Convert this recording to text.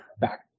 back